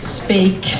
speak